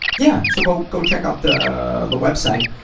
yeah so go go check out the the website.